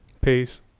Peace